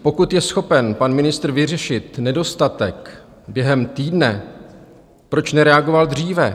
Pokud je schopen pan ministr vyřešit nedostatek během týdne, proč nereagoval dříve?